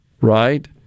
right